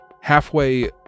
halfway